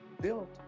built